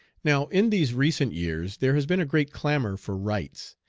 now in these recent years there has been a great clamor for rights.